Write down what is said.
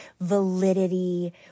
validity